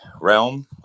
realm